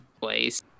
place